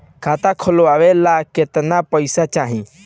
खाता खोलबे ला कितना पैसा चाही?